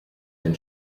den